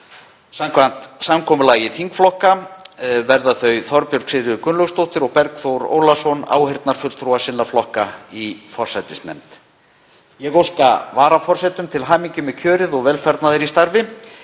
Samkvæmt samkomulagi þingflokka verða þau Þorbjörg Sigríður Gunnlaugsdóttir og Bergþór Ólason áheyrnarfulltrúar sinna flokka í forsætisnefnd. Ég óska varaforsetum til hamingju með kjörið og velfarnaðar í starfi.